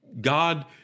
God